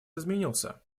изменился